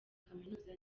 kaminuza